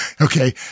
Okay